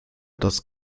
das